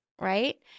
Right